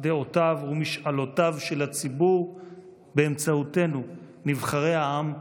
דעותיו ומשאלותיו של הציבור באמצעותנו נבחרי העם,